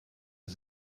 are